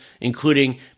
including